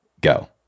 go